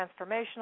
transformational